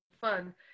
fun